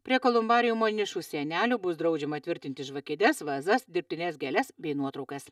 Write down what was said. prie kolumbariumo nišos sienelių bus draudžiama tvirtinti žvakides vazas dirbtines gėles bei nuotraukas